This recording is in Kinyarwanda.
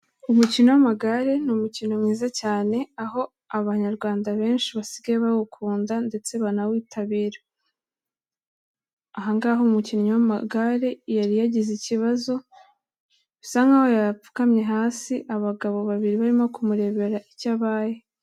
Umukino w'amagare ni umukino mwiza cyane, aho abanyarwanda benshi basigaye bawukunda ndetse banawitabira, ahangaha umukinnyi w'amagare yari yagize ikibazo bisa nkaho yapfukamye hasi, abagabo babiri barimo kumurebera icyo yabaye.